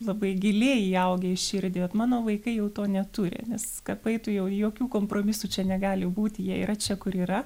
labai giliai įaugę į širdį ot mano vaikai jau to neturi nes kapai tu jau jokių kompromisų čia negali būti jie yra čia kur yra